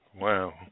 Wow